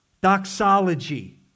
Doxology